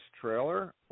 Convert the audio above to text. trailer